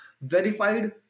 verified